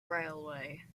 railway